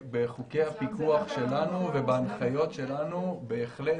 בחוקי הפיקוח שלנו ובהנחיות שלנו בהחלט